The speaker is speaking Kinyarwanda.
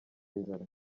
inzara